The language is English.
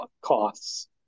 costs